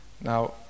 Now